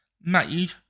made